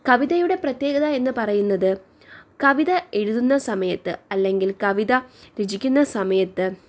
കവിതയുടെ പ്രത്യേകത എന്ന് പറയുന്നത് കവിത എഴുതുന്ന സമയത്ത് അല്ലെങ്കിൽ കവിത രചിക്കുന്ന സമയത്ത്